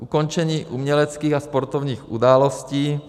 ukončení uměleckých a sportovních událostí,